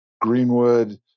Greenwood